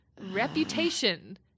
Reputation